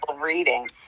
reading